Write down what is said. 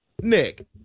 Nick